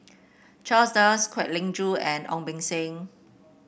Charles Dyce Kwek Leng Joo and Ong Beng Seng